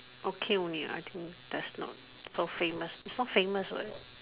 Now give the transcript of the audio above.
okay only ah I think that's not so famous it's not famous what